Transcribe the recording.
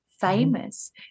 famous